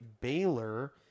Baylor